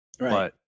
right